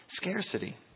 Scarcity